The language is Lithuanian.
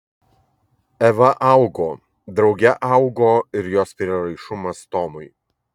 eva augo drauge augo ir jos prieraišumas tomui